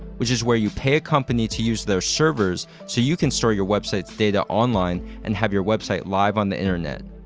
which is where you pay a company to use their servers so you can store your website's data online and have your website live on the internet.